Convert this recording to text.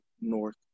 North